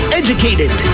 educated